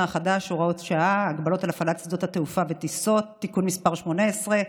החדש (הוראת שעה) (הגבלות על הפעלת שדות תעופה וטיסות) (תיקון מס' 18),